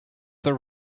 their